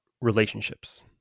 relationships